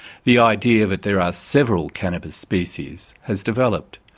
the idea that there are several cannabis species, has developed.